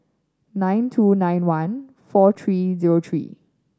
nine two nine one four three zero three